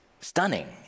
stunning